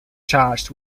charged